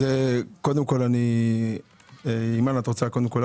אימאן, בבקשה.